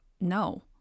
no